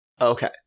Okay